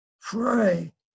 Pray